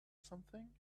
something